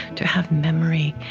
to have memory,